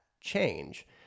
change